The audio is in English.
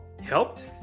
helped